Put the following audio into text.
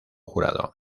jurado